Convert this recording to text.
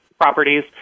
properties